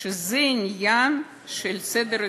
שזה עניין של סדר עדיפויות.